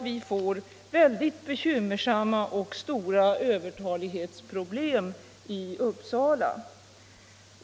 Vi får mycket bekymmersamma och stora övertalighetsproblem i Uppsala.